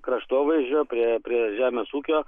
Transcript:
kraštovaizdžio prie prie prie žemės ūkio